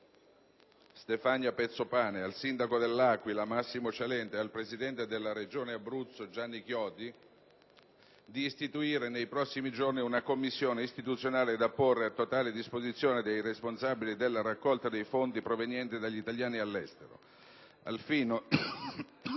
Stefania Pezzopane, al sindaco dell'Aquila, Massimo Cialente, e al presidente della Regione Abruzzo, Gianni Chiodi, di istituire nei prossimi giorni una commissione da porre a totale disposizione dei responsabili della raccolta dei fondi proveniente dagli italiani all'estero